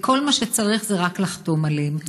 וכל מה שצריך זה רק לחתום עליהם.